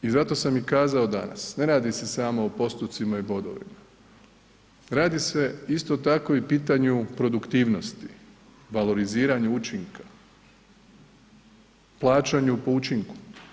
I zato sam i kazao danas ne radi se samo o postupcima i bodovima, radi se isto tako i pitanju produktivnosti, valoriziranju učinka, plaćanju po učinku.